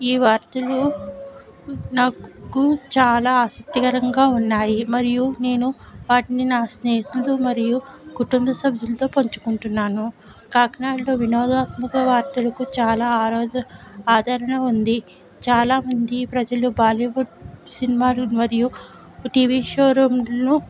ఈ వార్తలు నాకు చాలా ఆసక్తికరంగా ఉన్నాయి మరియు నేను వాటిని నా స్నేహితులతో మరియు కుటుంబ సభ్యులతో పంచుకుంటున్నాను కాకినాడలో వినోదాత్మక వార్తలకు చాలా ఆరోద ఆదరణ ఉంది చాలా మంది ప్రజలు బాలీవుడ్ సినిమాలు మరియు టీవీ షోరూమ్లను